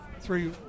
three